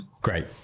Great